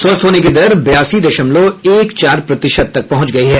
स्वस्थ होने की दर बयासी दशमलव एक चार प्रतिशत तक पहुंच गई है